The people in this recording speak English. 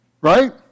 Right